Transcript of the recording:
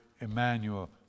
Emmanuel